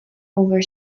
over